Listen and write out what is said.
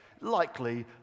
Likely